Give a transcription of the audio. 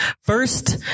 first